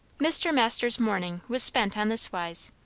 mr. masters' morning was spent on this wise.